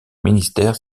ministère